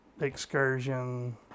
excursion